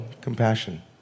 compassion